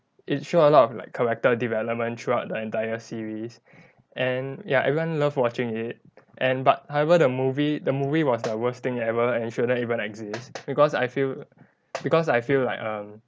it showed a lot of like character development throughout the entire series and ya everyone love watching it and but however the movie the movie was the worst thing ever and shouldn't even exist because I feel because I feel like um